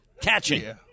catching